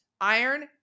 iron